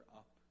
up